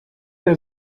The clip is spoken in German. der